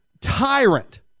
tyrant